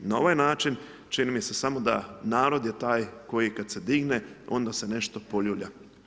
Na ovaj čini mi se samo da narod je taj koji kad se digne, onda se nešto poljulja.